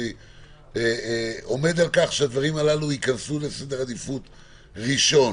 אני עומד על-כך שהדברים האלה יהיו בסדר עדיפות ראשון,